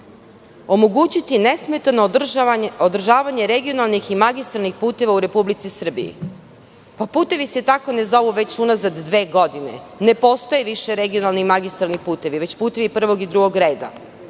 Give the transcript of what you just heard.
omogućiti nesmetano održavanje regionalnih i magistralnih puteva u Republici Srbiji? Putevi se tako ne zovu već unazad dve godine. Ne postoje regionalni i magistralni putevi, već putevi prvog i drugog reda. Da